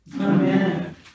Amen